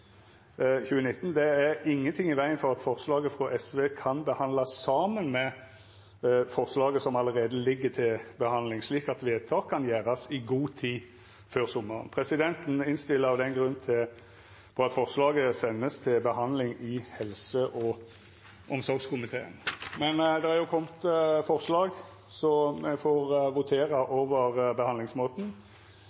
2019. Det er ingenting i vegen for at forslaget frå SV kan behandlast saman med forslaget som allereie ligg til behandling, slik at vedtaka vert gjorde i god tid før sommaren. Presidenten føreslår av den grunnen at forslaget vert sendt til behandling i helse- og omsorgskomiteen. Men det har kome eit anna forslag, så me får votera